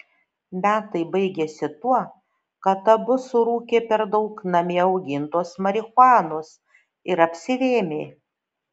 metai baigėsi tuo kad abu surūkė per daug namie augintos marihuanos ir apsivėmė